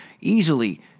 easily